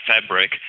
fabric